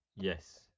Yes